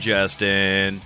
Justin